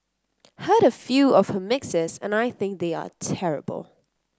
heard a few of her mixes and I think they are terrible